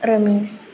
Ramees